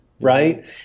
Right